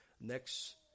next